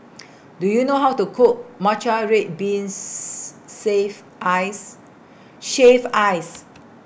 Do YOU know How to Cook Matcha Red Beans Save Ice Shaved Ice